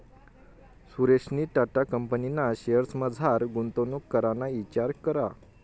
सुरेशनी टाटा कंपनीना शेअर्समझार गुंतवणूक कराना इचार करा